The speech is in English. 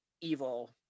evil